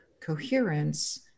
coherence